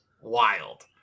wild